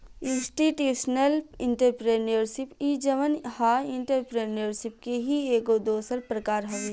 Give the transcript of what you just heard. institutional entrepreneurship इ जवन ह एंटरप्रेन्योरशिप के ही एगो दोसर प्रकार हवे